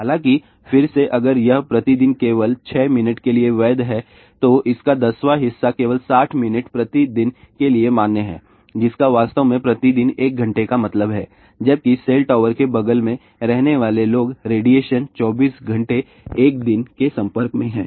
हालांकि फिर से अगर यह प्रति दिन केवल 6 मिनट के लिए वैध है तो इसका दसवां हिस्सा केवल 60 मिनट प्रति दिन के लिए मान्य है जिसका वास्तव में प्रति दिन 1 घंटे का मतलब है जबकि सेल टॉवर के बगल में रहने वाले लोग रेडिएशन 24 घंटे एक दिन के संपर्क में हैं